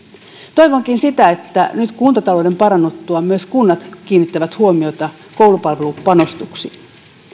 toivonkin että nyt kuntatalouden parannuttua myös kunnat kiinnittävät huomiota koulupalvelupanostuksiin